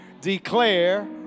declare